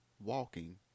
walking